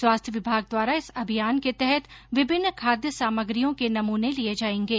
स्वास्थ्य विभाग द्वारा इस अभियान के तहत विभिन्न खाद्य सामग्रियों के नमूने लिये जायेंगे